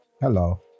Hello